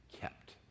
kept